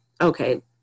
okay